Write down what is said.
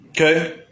okay